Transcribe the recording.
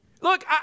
Look